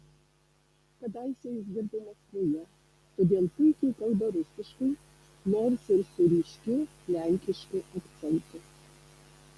kadaise jis dirbo maskvoje todėl puikiai kalba rusiškai nors ir su ryškiu lenkišku akcentu